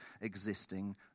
existing